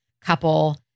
couple